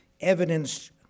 evidence